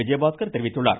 விஜயபாஸ்கர் தெரிவித்துள்ளார்